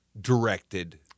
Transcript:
directed